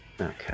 Okay